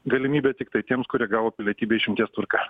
galimybę tiktai tiems kurie gavo pilietybę išimties tvarka